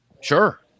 Sure